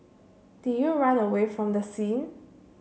did you run away from the scene